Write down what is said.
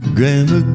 Grandma